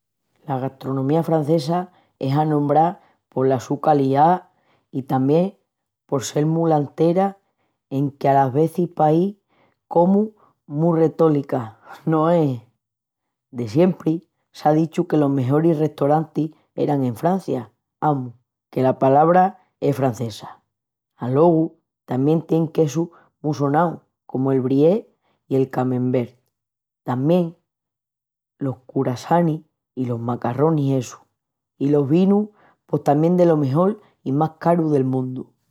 La gastronomía francesa es anombrá pola su calidá i tamién por sel mu lantera enque alas vezis pahi comu mu retólica, no es? De siempri s'á dichu que los mejoris restoranis eran en Francia, amus, que la palabra es francesa. Alogu tamién tienin quesus mu sonaus comu el Brie i el Camembert. Tamién los curasanis i los macarronis essus. I los vinus pos tamién delo mejol i más caru del mundu